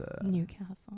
Newcastle